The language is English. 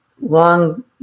long